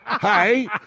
hey